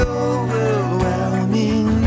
overwhelming